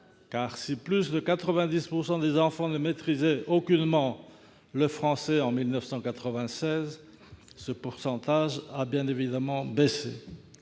Si plus de 90 % des enfants ne maîtrisaient aucunement le français en 1996, ce pourcentage a bien évidemment baissé.